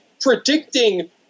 predicting